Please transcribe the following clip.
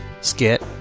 skit